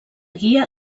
guia